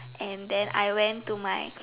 and then I went to my